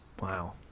wow